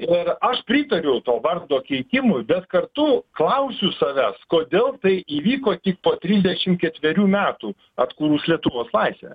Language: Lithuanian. ir aš pritariu to vardo keitimui bet kartu klausiu savęs kodėl tai įvyko tik po trisdešimt ketverių metų atkūrus lietuvos laisvę